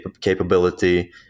capability